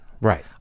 Right